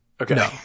Okay